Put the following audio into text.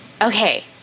okay